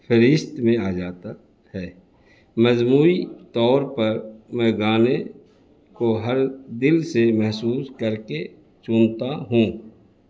فہرست میں آ جاتا ہے مجموعی طور پر میں گانے کو ہر دل سے محسوس کر کے چنتا ہوں